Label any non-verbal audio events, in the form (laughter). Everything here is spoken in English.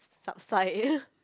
subside (laughs)